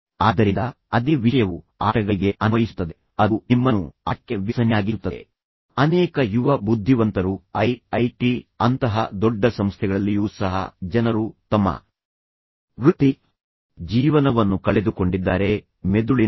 ಆದ್ದರಿಂದ ಅದೇ ವಿಷಯವು ಆಟಗಳಿಗೆ ಅನ್ವಯಿಸುತ್ತದೆ ಅದು ನಿಮ್ಮನ್ನು ಆಟಕ್ಕೆ ವ್ಯಸನಿಯಾಗಿಸುತ್ತದೆ ಅನೇಕ ಯುವ ಬುದ್ಧಿವಂತರು ಐಐಟಿ ಅಂತಹ ದೊಡ್ಡ ಸಂಸ್ಥೆಗಳಲ್ಲಿಯೂ ಸಹ ಜನರು ತಮ್ಮ ವೃತ್ತಿಜೀವನವನ್ನು ಕಳೆದುಕೊಂಡಿದ್ದಾರೆ ಏಕೆಂದರೆ ಅವರುಗಳು ಆಟದ ವ್ಯಸನಿಗಳಾಗಿದ್ದರಿಂದ